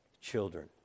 children